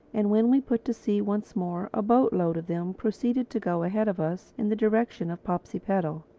and when we put to sea once more a boatload of them proceeded to go ahead of us in the direction of popsipetel.